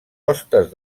hostes